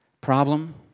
Problem